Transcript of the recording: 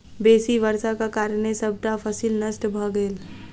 बेसी वर्षाक कारणें सबटा फसिल नष्ट भ गेल